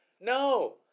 No